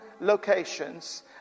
locations